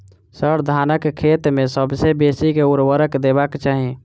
sir, धानक खेत मे सबसँ बेसी केँ ऊर्वरक देबाक चाहि